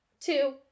two